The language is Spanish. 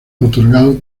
otorgado